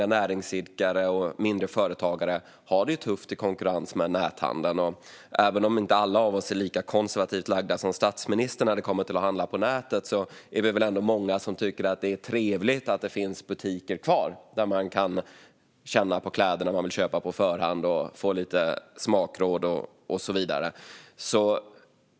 Det gäller inte bara dem, men detta har påskyndats av den pandemi som råder. Även om inte alla av oss är lika konservativt lagda som statsministern när det kommer till att handla på nätet är vi väl ändå många som tycker att det är trevligt att det finns kvar butiker där man kan känna på kläderna man vill köpa på förhand, få lite smakråd och så vidare.